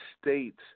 states